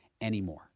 anymore